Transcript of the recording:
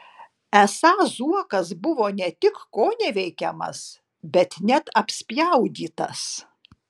esą zuokas buvo ne tik koneveikiamas bet net apspjaudytas